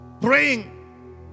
praying